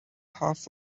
half